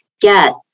get